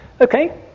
Okay